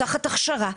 תחת הדרכה.